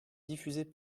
diffuser